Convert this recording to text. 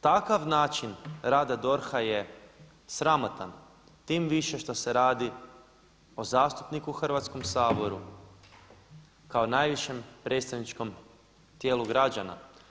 Takav način rada DORH-a je sramotan tim više što se radi o zastupniku u Hrvatskom saboru kao najvišem predstavničkom tijelu građana.